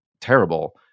terrible